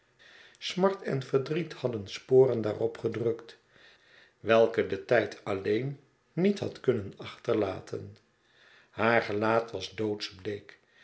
smart en verdriet hadden sporen daarop gedrukt welke de tijd alleen niet had kunnen achterlaten haar gelaat was